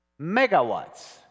Megawatts